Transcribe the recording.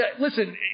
Listen